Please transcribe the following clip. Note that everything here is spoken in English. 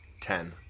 Ten